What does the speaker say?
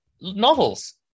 novels